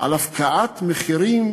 על הפקעת מחירים